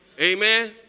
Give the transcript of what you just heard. Amen